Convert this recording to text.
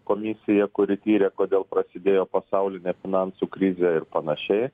komisija kuri tyrė kodėl prasidėjo pasaulinė finansų krizė ir panašiai